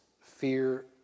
fear